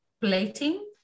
plating